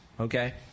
okay